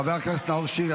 חבר הכנסת נאור שירי,